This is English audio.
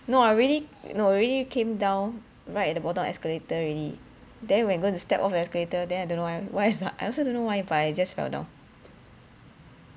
no I already know already came down right at the bottom of escalator already then we're going to step off escalator then I don't know why why I also don't know why but I just fell down